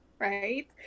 right